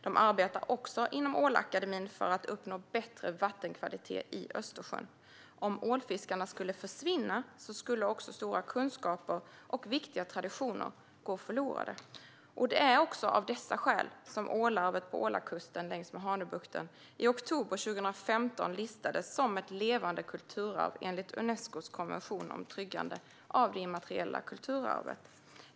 De arbetar också inom Ålakademin för att uppnå bättre vattenkvalitet i Östersjön. Om ålfiskarna skulle försvinna skulle också stora kunskaper och viktiga traditioner gå förlorade. Det är av dessa skäl som Ålarvet på Ålakusten längs med Hanöbukten i oktober 2015 listades som ett levande kulturarv enligt Unescos konvention om tryggande av det immateriella kulturarvet.